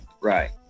right